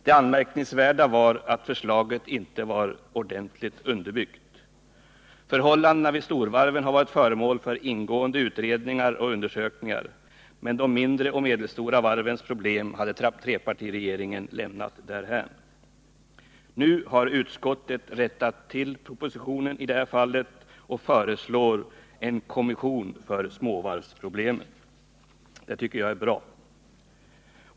Det anmärkningsvärda var att förslaget inte var ordentligt underbyggt. Förhållandena vid storvarven hår varit föremål för ingående utredningar och undersökningar, men de mindre och medelstora varvens problem hade trepartiregeringen lämnat därhän. Nu har utskottet rättat till propositionen i det här fallet och föreslår en kommission för småvarvsproblemen. Det tycker jag är bra.